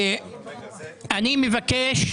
אני מבקש